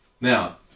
Now